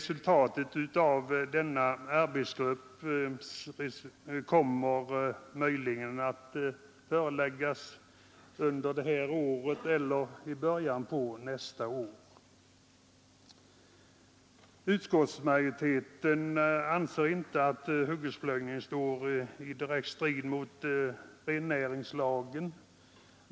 Resultatet från denna arbetsgrupp kommer möjligen att läggas fram under detta år eller i början på nästa år. Utskottsmajoriteten anser inte att hyggesplogningen står i strid med rennäringslagen.